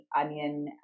onion